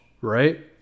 right